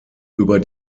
über